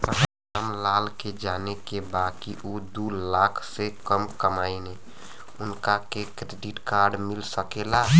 राम लाल के जाने के बा की ऊ दूलाख से कम कमायेन उनका के क्रेडिट कार्ड मिल सके ला?